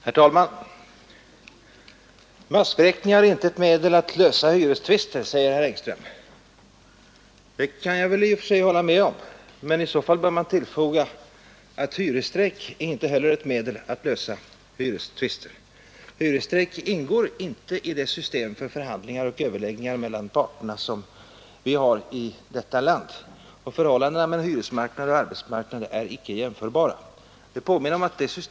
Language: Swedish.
Herr talman! Massvräkningar är inte ett medel att lösa hyrestvister, säger herr Engström. Det kan jag i och för sig hålla med om. Men i så fall bör man tillfoga att hyresstrejk inte heller är ett medel att lösa hyrestvister. Hyresstrejk ingår inte i det system för förhandlingar och uppgörelser mellan parterna som vi har här i landet, och förhållandena på hyresmarknaden och arbetsmarknaden är icke jämförbara.